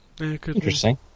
Interesting